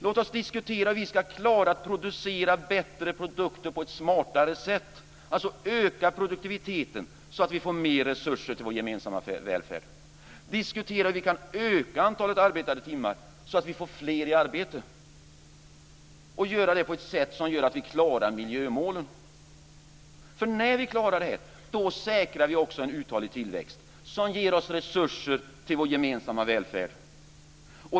Låt oss diskutera hur vi ska klara att producera bättre produkter på ett smartare sätt, alltså öka produktiviteten så att vi får mer resurser till vår gemensamma välfärd. Låt oss diskutera hur vi kan öka antalet arbetade timmar så att vi får fler i arbete och ändå klarar miljömålen. När vi klarar det här säkrar vi också en uthållig tillväxt, som ger oss resurser till vår gemensamma välfärd.